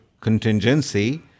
contingency